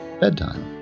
bedtime